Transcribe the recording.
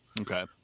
okay